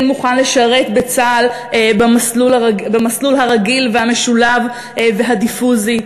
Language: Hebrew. מוכן לשרת בצה"ל במסלול הרגיל והמשולב והדיפוזי,